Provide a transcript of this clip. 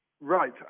right